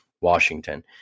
Washington